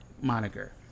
moniker